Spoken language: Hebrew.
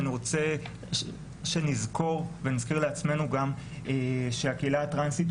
אני רוצה שנזכור ונזכיר לעצמנו גם שהקהילה הטרנסית,